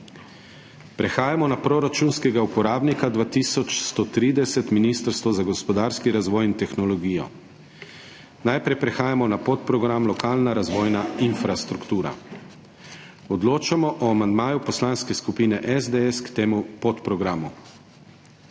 Prehajamo na proračunskega uporabnika 2130 Ministrstvo za gospodarski razvoj in tehnologijo. Najprej prehajamo na podprogram Lokalna razvojna infrastruktura. Odločamo o amandmaju Poslanske skupine SDS k temu podprogramu.